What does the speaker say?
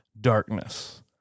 darkness